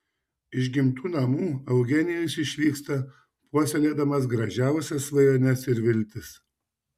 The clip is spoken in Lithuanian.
iš gimtų namų eugenijus išvyksta puoselėdamas gražiausiais svajones ir viltis